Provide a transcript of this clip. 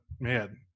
man